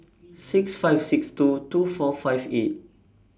six five six two two four five eight